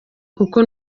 kuko